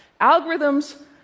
Algorithms